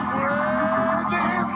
worthy